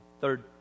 third